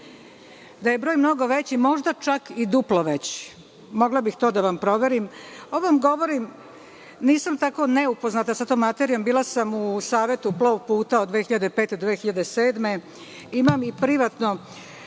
njihov broj mnogo veći, možda čak i duplo veći. Mogla bih to da vam proverim. Nisam tako ne upoznata sa ovom materijom. Bila sam u Savetu plov puta od 2005. do 2007. godine. Imam i privatno